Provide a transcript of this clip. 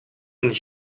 een